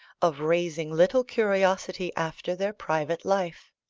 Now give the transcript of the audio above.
of raising little curiosity after their private life.